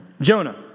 Jonah